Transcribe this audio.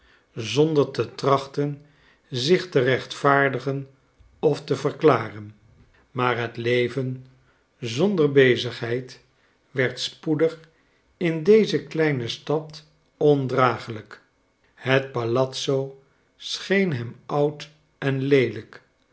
zonder te trachten zich te rechtvaardigen of te verklaren maar het leven zonder bezigheid werd spoedig in deze kleine stad ondragelijk het palazzo scheen hem oud en leelijk